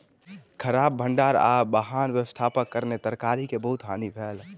खराब भण्डार आ वाहन व्यवस्थाक कारणेँ तरकारी के बहुत हानि भेल